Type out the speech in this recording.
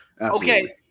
Okay